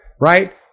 Right